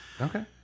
okay